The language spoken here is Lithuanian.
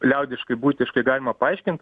liaudiškai buitiškai galima paaiškint